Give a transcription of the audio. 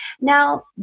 Now